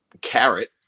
carrot